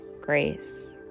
grace